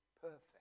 perfect